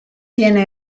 viene